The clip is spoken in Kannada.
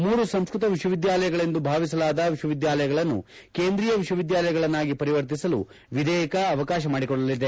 ಮೂರು ಸಂಸ್ಕತ ವಿಶ್ವವಿದ್ಯಾಲಯಗಳೆಂದು ಭಾವಿಸಲಾದ ವಿಶ್ವವಿದ್ಯಾಲಯಗಳನ್ನು ಕೇಂದ್ರೀಯ ವಿಶ್ವವಿದ್ಯಾಲಯಗಳನ್ನಾಗಿ ಪರಿವರ್ತಿಸಲು ವಿಧೇಯಕ ಅವಕಾಶ ಮಾಡಿಕೊಡಲಿದೆ